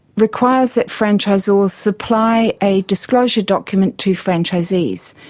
requires that franchisors supply a disclosure document to franchisees.